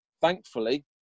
thankfully